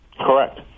Correct